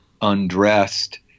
undressed